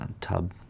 tub